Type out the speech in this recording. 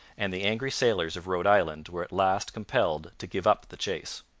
and the angry sailors of rhode island were at last compelled to give up the chase.